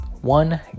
One